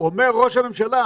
אומר ראש הממשלה